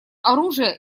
оружие